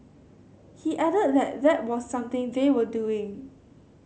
he added that that was something they were doing